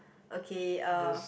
okay um